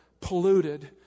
polluted